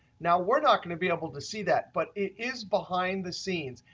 now we're not going to be able to see that but it is behind the scenes.